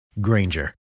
Granger